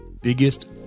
biggest